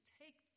take